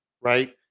right